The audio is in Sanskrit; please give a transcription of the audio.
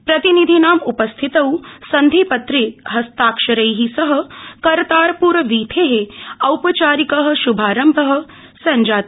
प्रतिनिधिनाम् उ स्थितौ सन्धि त्रे हस्ताक्षरै सह करतार रवीथे औ चारिक शुभारंभ संजात